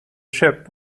ship